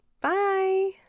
Bye